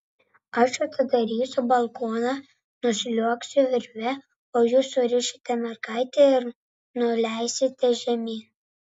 aš atidarysiu balkoną nusliuogsiu virve o jūs surišite mergaitę ir nuleisite žemyn